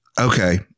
okay